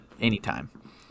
anytime